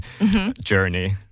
journey